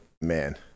man